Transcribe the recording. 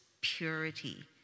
purity